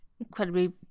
incredibly